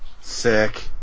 Sick